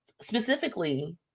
specifically